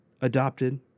adopted